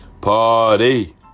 party